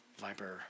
viper